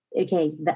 Okay